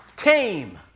Came